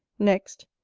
next,